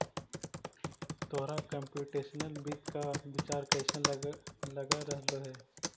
तोहरा कंप्युटेशनल वित्त का विचार कइसन लग रहलो हे